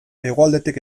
hegoaldetik